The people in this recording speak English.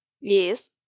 Yes